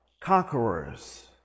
conquerors